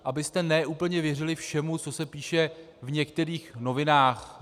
Abyste ne úplně věřili všemu, co se píše v některých novinách...